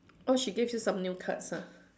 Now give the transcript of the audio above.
oh she gave you some new cards ah